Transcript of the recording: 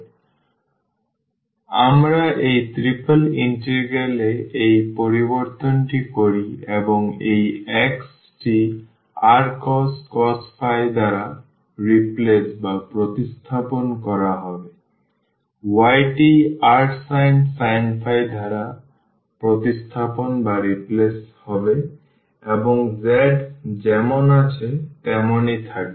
সুতরাং আমরা এই ট্রিপল ইন্টিগ্রাল এ এই পরিবর্তনটি করি এবং এই x টি rcos দ্বারা প্রতিস্থাপন করা হবে y টি rsin দ্বারা প্রতিস্থাপিত হবে এবং z যেমন আছে তেমনই থাকবে